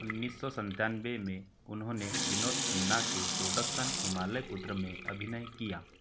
उन्नीस सौ सत्तानवे में उन्होंने विनोद खन्ना के प्रोडक्शन हिमालय पुत्र में अभिनय किया